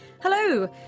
Hello